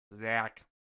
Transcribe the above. Zach